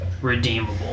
redeemable